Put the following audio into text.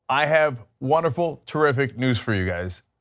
i have wonderful, terrific news for you guys.